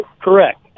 Correct